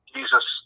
Jesus